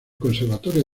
conservatorio